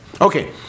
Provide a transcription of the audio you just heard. Okay